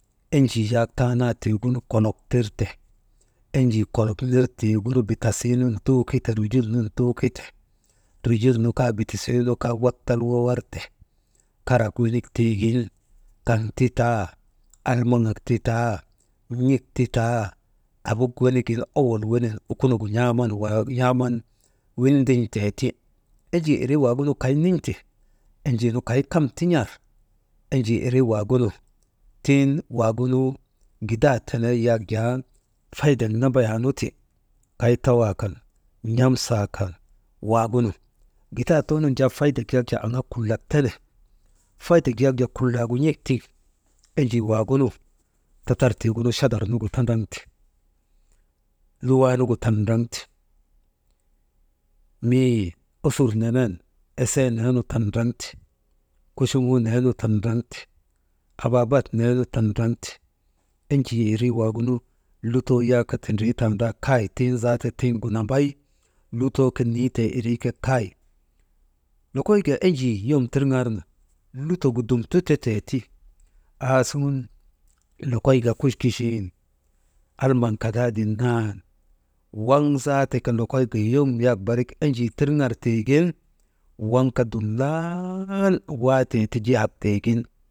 Enjii yak taanaa tiigunu kolok tirte, enjii kolok nir tiŋgunu bitasiinun tuukute rujul nun tuukite, rujul nu kaa bitasii nukaa Wattala wawarte, karak wenik tiigin kaŋ ti taa, almaŋak titaa, n̰ek ti taa tabuk wenigin owol wenin wukunogu n̰aaman «hesitation» windin̰tee ti. Enjii irii waagu nu kay nin̰ti enjii nu kay kam tin̰ar, enjii irii waagunu tiŋ waagunu, gidaa tenee yak jaa faydek nambayaa nu ti, kay tawaa kan, n̰amsaa kan waagunu, gidaa too nun jaa faydek aŋaa kulak tene faydek yak kullagu n̰ek tiŋ enjii waagunu, tatartiigunu chadar nugu tandaŋte, luwaa nugu tandraŋte, mii osur nenen esee neenu tandrŋte, kuchumuu neenu tandraŋte, abaabat neenu tandraŋte, enjii irii waagunu lutoo yak tindritandaa kay, tiŋ zaata tiŋgu nambay lutoo irii nitee kay. Lokoyka enjii yom tiriŋarnu lutok gu dum tutetee ti, aasuŋun lokoyka kukuchin almaŋ kadaa den naa nu, waŋ zaata lokoyka yom barik enjii tiriŋar tiigin waŋ kaa dumnaanu waatee ti jihak tiigin.